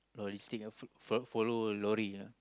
logistic ah fo~ follow lorry ah